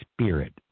spirit